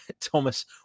Thomas